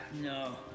No